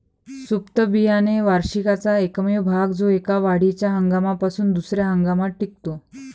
सुप्त बियाणे वार्षिकाचा एकमेव भाग जो एका वाढीच्या हंगामापासून दुसर्या हंगामात टिकतो